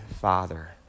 father